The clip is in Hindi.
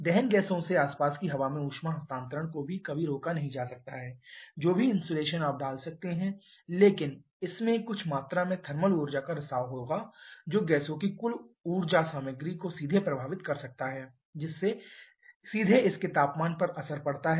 दहन गैसों से आसपास की हवा में ऊष्मा हस्तांतरण को कभी भी रोका नहीं जा सकता है जो भी इन्सुलेशन आप डाल सकते हैं लेकिन इसमें कुछ मात्रा में थर्मल ऊर्जा का रिसाव होगा जो गैसों की कुल ऊर्जा सामग्री को सीधे प्रभावित कर सकता है जिससे सीधे इसके तापमान पर असर पड़ता है